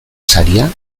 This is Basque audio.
saria